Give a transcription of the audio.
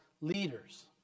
leaders